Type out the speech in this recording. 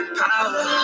power